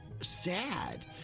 sad